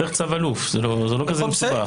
צריך צו אלוף, זה לא כזה מסובך.